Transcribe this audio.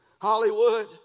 Hollywood